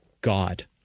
God